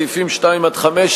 סעיפים 2 5,